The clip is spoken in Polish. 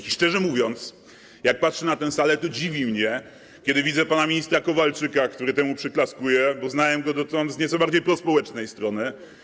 I szczerze mówiąc, jak patrzę na tę salę, to dziwi mnie, kiedy widzę pana ministra Kowalczyka, który temu przyklaskuje, bo znałem go dotąd z nieco bardziej prospołecznej strony.